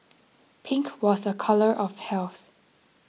pink was a colour of health